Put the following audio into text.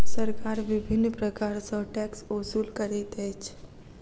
सरकार विभिन्न प्रकार सॅ टैक्स ओसूल करैत अछि